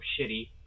shitty